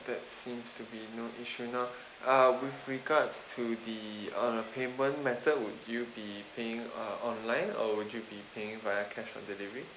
that seems to be no issue now uh with regards to the on a payment method would you be paying uh online or would you be paying via cash on delivery